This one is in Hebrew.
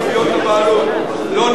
לא נפתור את תביעות הבעלות,